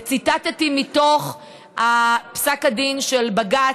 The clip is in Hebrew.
ציטטתי מתוך פסק הדין של בג"ץ,